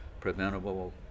preventable